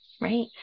Right